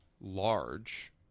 Large